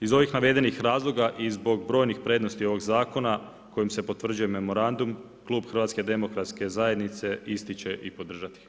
Iz ovih navedenih razloga i zbog brojnih prednosti ovoga zakona, kojim se potvrđuje memorandum Klub HDZ-a isti će i podržati.